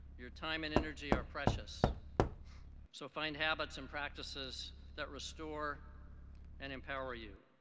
your time and energy are precious so find habits and practices that restore and empower you.